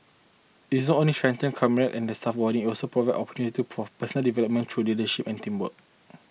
it's not only strengthens camaraderie and the staff bonding it also provides opportunities to pro for personal development through leadership and teamwork